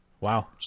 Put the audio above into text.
Wow